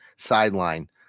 Sideline